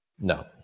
No